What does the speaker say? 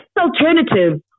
alternative